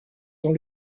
dans